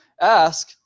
ask